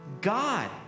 God